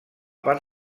part